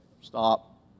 stop